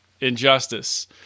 injustice